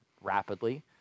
rapidly